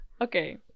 Okay